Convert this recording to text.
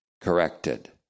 corrected